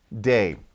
day